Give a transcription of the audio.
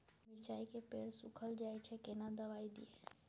मिर्चाय के पेड़ सुखल जाय छै केना दवाई दियै?